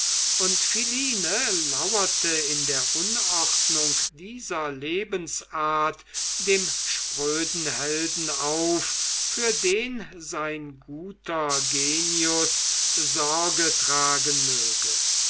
und philine lauerte in der unordnung dieser lebensart dem spröden helden auf für den sein guter genius sorge tragen möge